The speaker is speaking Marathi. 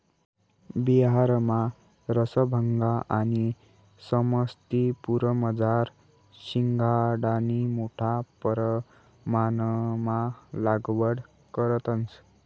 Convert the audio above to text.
बिहारमा रसभंगा आणि समस्तीपुरमझार शिंघाडानी मोठा परमाणमा लागवड करतंस